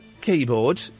keyboard